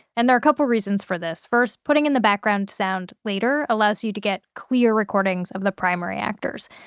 and there are a couple reasons for this. first, putting in the background sound later allows you to get clear recordings of the primary actors.